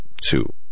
two